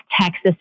Texas